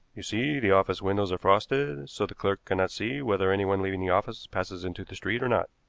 you see, the office windows are frosted so the clerk cannot see whether anyone leaving the office passes into the street or not.